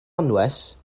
anwes